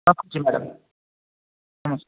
ରଖୁଛି ମ୍ୟାଡ଼ମ୍ ନମସ୍କାର